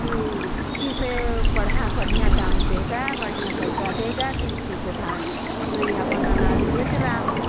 कि किस बढ़ा बढ़िया दाम देगा बढ़िया पैसा देगा कि उसी को धान मैं अपना अनाज बेच रही हूँ